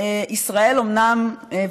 ישראל אומנם אחראית,